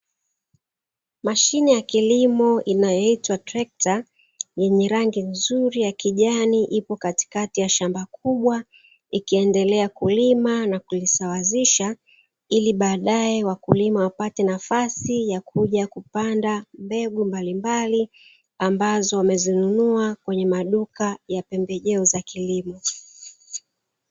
Mashine ya kilimo inayoitwa trekta, yenye rangi nzuri ya kijani ipo katikati ya shamba kubwa, ikiendelea kulima na kulisawazisha ili baadae wakulima wapate nafasi ya kuja kupanda mbegu mbalimbali ambazo wamezinunua kwenye maduka ya pembejeo za kilimo.